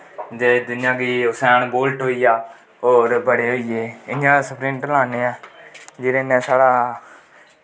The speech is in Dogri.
जियां कि सैन बुल्ट होईया होर बड़े होईये इयां सपलिंट लान्नें ऐं जेह्दे नै साढ़ा